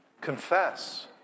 Confess